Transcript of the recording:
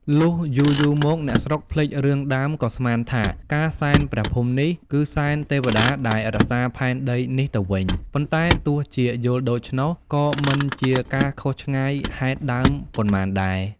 លុះយូរៗ មក អ្នកស្រុកភ្លេចរឿងដើម ក៏ស្មានថា ការសែន ព្រះភូមិនេះ គឺសែនទេវតាដែលរក្សាផែនដីនេះទៅវិញ ប៉ុន្តែទោះជាយល់ដូច្នោះ ក៏មិនជាការខុសឆ្ងាយហេតុដើមប៉ុន្មានដែរ ។